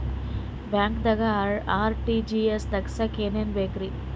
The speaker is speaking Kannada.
ಬ್ಯಾಂಕ್ದಾಗ ಆರ್.ಟಿ.ಜಿ.ಎಸ್ ತಗ್ಸಾಕ್ ಏನೇನ್ ಬೇಕ್ರಿ?